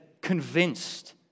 convinced